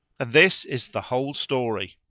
and this is the whole story.